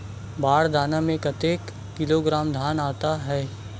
बार दाना में कतेक किलोग्राम धान आता हे?